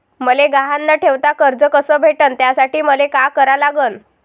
मले गहान न ठेवता कर्ज कस भेटन त्यासाठी मले का करा लागन?